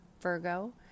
Virgo